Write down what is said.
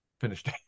finished